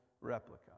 replica